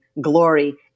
glory